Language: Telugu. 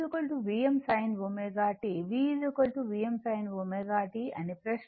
V Vm sin ω t V Vm sin ω t అని ప్రశ్న